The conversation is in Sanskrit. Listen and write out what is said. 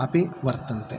अपि वर्तन्ते